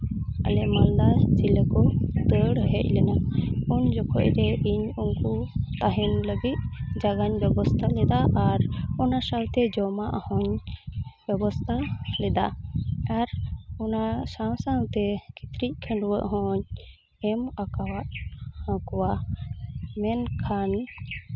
ᱟᱞᱮ ᱢᱟᱞᱫᱟ ᱡᱮᱞᱟ ᱠᱚ ᱫᱟᱹᱲ ᱦᱮᱡ ᱞᱮᱱᱟ ᱩᱱ ᱡᱚᱠᱷᱚᱡ ᱨᱮ ᱤᱧ ᱩᱱᱠᱩ ᱛᱟᱦᱮᱱ ᱞᱟᱹᱜᱤᱫ ᱡᱟᱭᱜᱟᱧ ᱵᱮᱵᱚᱥᱛᱷᱟ ᱞᱮᱫᱟ ᱟᱨ ᱚᱱᱟ ᱥᱟᱶᱛᱮ ᱡᱚᱢᱟᱜ ᱦᱚᱸᱧ ᱵᱮᱵᱚᱥᱛᱷᱟ ᱞᱮᱫᱟ ᱟᱨ ᱚᱱᱟ ᱥᱟᱶ ᱥᱟᱶᱛᱮ ᱠᱤᱪᱨᱤᱡ ᱠᱷᱟᱹᱰᱩᱣᱟᱹᱜ ᱦᱚᱸᱧ ᱮᱢ ᱟᱠᱟᱫ ᱠᱚᱣᱟ ᱢᱮᱱᱠᱷᱟᱱ